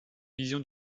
vision